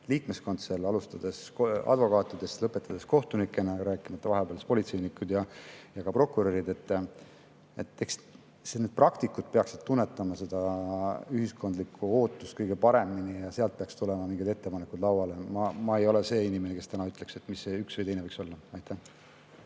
liikmeskond, alustades advokaatidest ja lõpetades kohtunikega, rääkimata politseinikest ja prokuröridest. Eks praktikud peaksid tunnetama seda ühiskondlikku ootust kõige paremini ja sealt peaks tulema ettepanekud lauale. Ma ei ole see inimene, kes täna ütleks, mis see üks või teine võiks olla. Aitäh